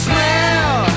Smell